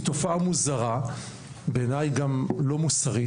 היא תופעה מוזרה בעיניי היא גם לא מוסרית,